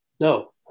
No